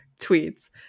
tweets